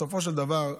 בסופו של דבר,